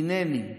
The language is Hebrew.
הינני.